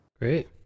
Great